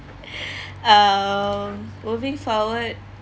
um moving forward